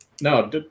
No